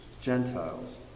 Gentiles